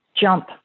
jump